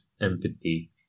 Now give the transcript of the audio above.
empathy